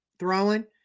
throwing